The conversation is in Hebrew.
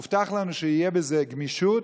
הובטח לנו שיהיה בזה גמישות,